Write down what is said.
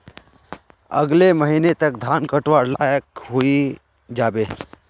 अगले महीने तक धान कटवार लायक हई जा बे